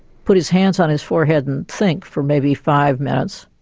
put his hands on his forehead and think for maybe five minutes,